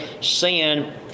sin